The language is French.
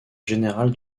générale